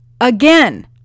again